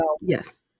Yes